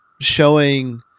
showing